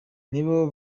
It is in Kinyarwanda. nibo